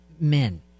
Men